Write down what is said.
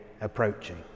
approaching